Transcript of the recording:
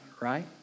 right